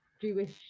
Jewish